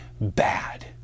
bad